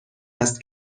است